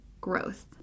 growth